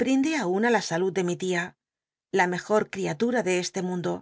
brindé aun a la salud de mi tia cela mejor cl'ia tma de este mundo